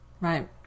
Right